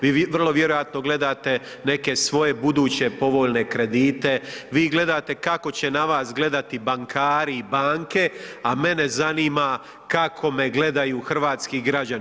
Vi vrlo vjerojatno gledate neke svoje buduće povoljne kredite, vi gledate kako će na vas gledati bankari i banke, a mene zanima kako me gledaju hrvatski građani.